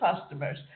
customers